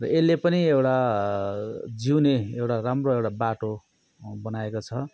र यसले पनि एउटा जिउने एउटा राम्रो एउटा बाटो बनाएको छ